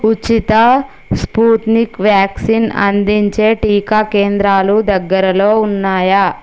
ఉచిత Sputnik vaccine అందించే టీకా కేంద్రాలు దగ్గరలో ఉన్నాయా